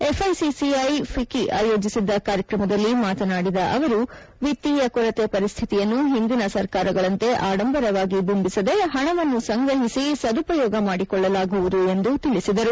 FICCI FICCI ಆಯೋಜಿಸಿದ್ದ ಕಾರ್ಯಕ್ರಮದಲ್ಲಿ ಮಾತನಾಡಿದ ಅವರು ವಿತ್ತೀಯ ಕೊರತೆ ಪರಿಸ್ಥಿತಿಯನ್ನು ಹಿಂದಿನ ಸರ್ಕಾರಗಳಂತೆ ಆಡಂಬರವಾಗಿ ಬಿಂಬಿಸದೆ ಹಣವನ್ನು ಸಂಗ್ರಹಿಸಿ ಸದುಪಯೋಗ ಮಾಡಿಕೊಳ್ಳಲಾಗುವುದು ಎಂದು ತಿಳಿಸಿದರು